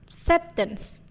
acceptance